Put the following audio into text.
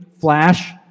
Flash